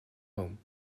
home